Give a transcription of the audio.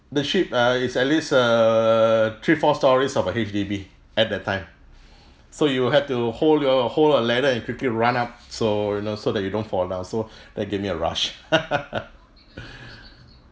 the ship uh is at least err three four storeys of a H_D_B at that time so you will have to hold your hold a ladder and quickly run up so you know so that you don't fall down so that gave me a rush